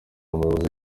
umuyobozi